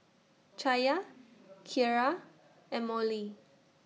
Chaya Kiara and Mollie